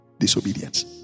disobedience